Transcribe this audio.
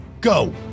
go